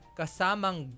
kasamang